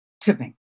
tipping